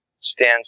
stands